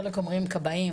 חלק אומרים כבאים,